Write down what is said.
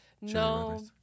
No